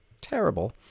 terrible